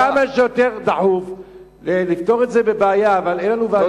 כמה שיותר דחוף לפתור את זה בוועדה.